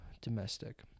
domestic